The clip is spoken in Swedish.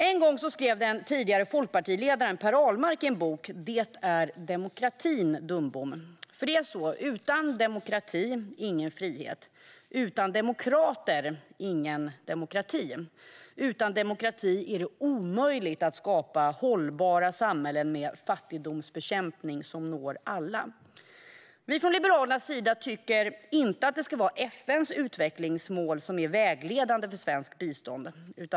En gång skrev den tidigare folkpartiledaren Per Ahlmark boken Det är demokratin, dumbom! Det är så - utan demokrati ingen frihet, utan demokrater ingen demokrati och utan demokrati är det omöjligt att skapa hållbara samhällen med fattigdomsbekämpning som når alla. Vi liberaler tycker inte att det är FN:s utvecklingsmål som ska vara vägledande för svenskt bistånd.